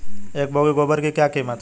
एक बोगी गोबर की क्या कीमत है?